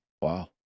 Wow